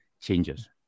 changes